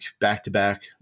back-to-back